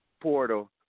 portal